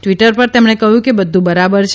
Twitter પર તેમણે કહ્યું કે બધુ બરાબર છે